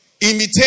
Imitate